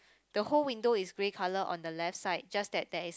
the whole window is grey color on the left side just that there is